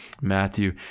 Matthew